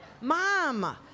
mom